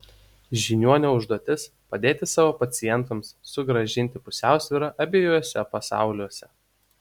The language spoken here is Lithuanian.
žiniuonio užduotis padėti savo pacientams sugrąžinti pusiausvyrą abiejuose pasauliuose